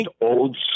old